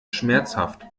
schmerzhaft